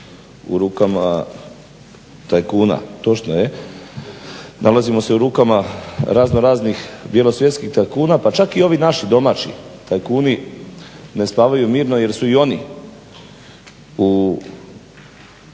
u rukama tajkuna. Točno je, nalazimo se u rukama razno raznih bilo svjetskih tajkuna pa čak i ovi naši domaći tajkuni ne spavaju mirno jer su i oni u